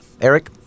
Eric